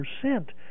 percent